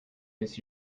this